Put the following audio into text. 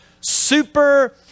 super